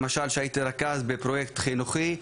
למשל כשהייתי רכז בפרויקט חינוכי,